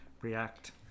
react